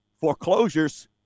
foreclosures